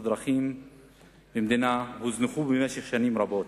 הדרכים במדינה הוזנחו במשך שנים רבות,